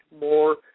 more